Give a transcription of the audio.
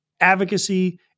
advocacy